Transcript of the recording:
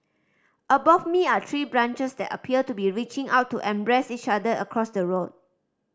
above me are tree branches that appear to be reaching out to embrace each other across the road